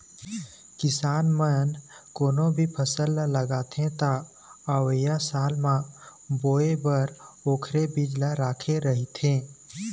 किसान मन कोनो भी फसल ल लगाथे त अवइया साल म बोए बर ओखरे बिजहा राखे रहिथे